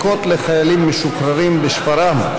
ובזכות יו"ר הוועדה,